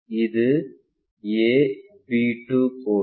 இது ab2 கோடு